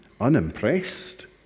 unimpressed